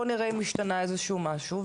בוא נראה אם השתנה איזשהו משהו.